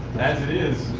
as it is,